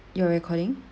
you're recording